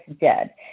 dead